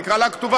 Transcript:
נקרא לה הכתובה,